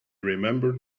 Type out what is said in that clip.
remembered